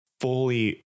fully